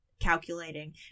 calculating